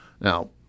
Now